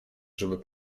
żeby